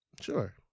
Sure